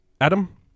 Adam